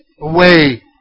Away